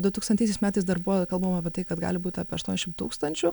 dutūkstantaisiais metais dar buvo kalbama apie tai kad gali būt apie aštuoniašim tūkstančių